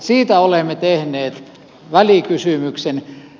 siitä olemme tehneet välikysymyksen